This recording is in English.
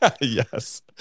yes